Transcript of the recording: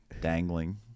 dangling